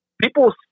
People